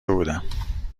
بودم